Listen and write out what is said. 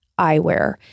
eyewear